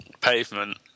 pavement